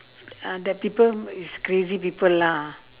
uh that people is crazy people lah